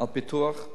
לפיתוח.